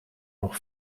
nog